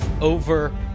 over